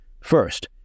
First